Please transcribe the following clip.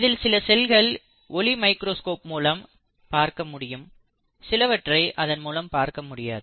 இதில் சில செல்கள் ஒளி மைக்ரோஸ்கோப் மூலம் பார்க்க முடியும் சிலவற்றை அதன் மூலம் பார்க்க முடியாது